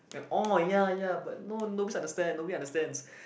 oh ya ya but no nobody understands nobody understands